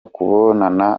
kukubona